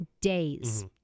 days